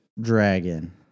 Dragon